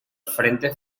frente